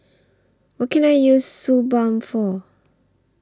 What Can I use Suu Balm For